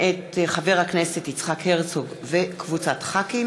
מאת חברי הכנסת יצחק הרצוג, יחיאל